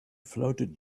floated